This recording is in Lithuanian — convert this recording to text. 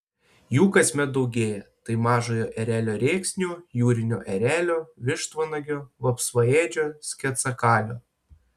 jų kasmet daugėja tai mažojo erelio rėksnio jūrinio erelio vištvanagio vapsvaėdžio sketsakalio